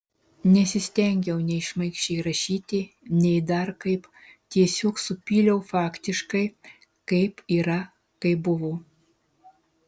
nesistengiau nei šmaikščiai rašyti nei dar kaip tiesiog supyliau faktiškai kaip yra kaip buvo